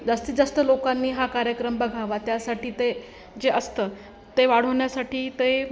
जास्तीत जास्त लोकांनी हा कार्यक्रम बघावा त्यासाठी ते जे असतं ते वाढवण्यासाठी ते